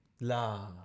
La